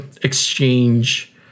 exchange